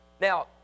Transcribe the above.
now